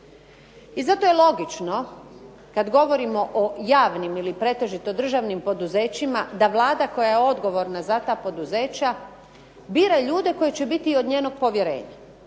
I zato je logično kad govorimo o javnim ili pretežito državnim poduzećima da Vlada koja je odgovorna za ta poduzeća bira ljude koji će biti od njenog povjerenja,